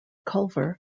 culver